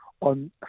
on